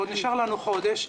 ועוד נשאר לנו חודש,